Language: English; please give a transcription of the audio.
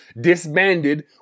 disbanded